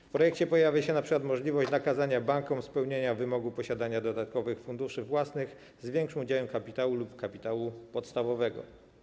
W projekcie pojawia się np. możliwość nakazania bankom spełnienia wymogu posiadania dodatkowych funduszy własnych z większym udziałem kapitału lub kapitału podstawowego.